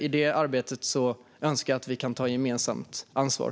I det arbetet önskar jag att vi kan ta gemensamt ansvar.